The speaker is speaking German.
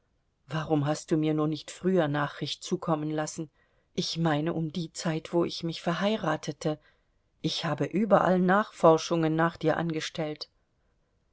warum hast du mir nur nicht früher nachricht zukommen lassen ich meine um die zeit wo ich mich verheiratete ich habe überall nachforschungen nach dir angestellt